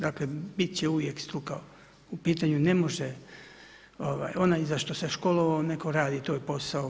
Dakle, biti će uvijek struka u pitanju, ne može onaj za tko se školovao netko radi taj posao.